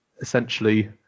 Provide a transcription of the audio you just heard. essentially